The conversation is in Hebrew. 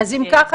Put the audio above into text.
אז אם ככה,